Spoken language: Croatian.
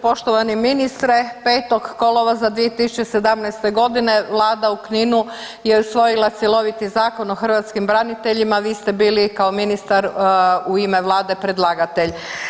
Poštovani ministre, 5. kolovoza 2017. g. Vlada u Kninu je usvojila cjeloviti Zakon o hrvatskim braniteljima, vi ste bili kao ministar u ime Vlade predlagatelj.